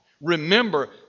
remember